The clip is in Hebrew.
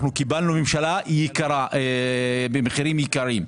אנחנו קיבלנו ממשלה במחירים יקרים.